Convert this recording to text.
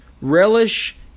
relish